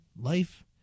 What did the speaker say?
Life